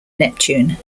neptune